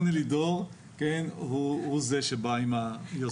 רוני לידור הוא זה שבא עם היוזמה הזאת.